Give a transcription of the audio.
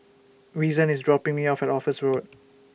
Reason IS dropping Me off At Office Road